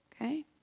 okay